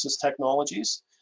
technologies